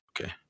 Okay